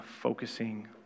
focusing